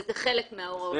זה חלק מן ההוראות.